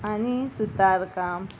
आनी सुतार काम